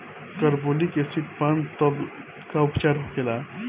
Carbolic acid पान तब का उपचार होखेला?